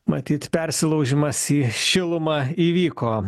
matyt persilaužimas į šilumą įvyko